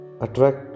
attract